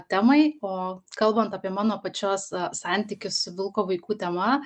temai o kalbant apie mano pačios santykius su vilko vaikų tema